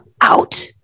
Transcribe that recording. out